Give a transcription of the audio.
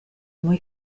muy